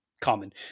common